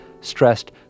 stressed